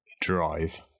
drive